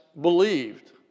believed